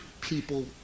people